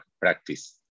practice